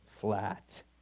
flat